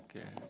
okay